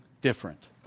different